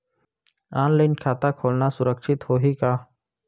Online खाता खोलना सुरक्षित होही का?